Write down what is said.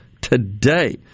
today